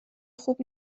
خوب